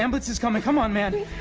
ambulance is coming. come on, man.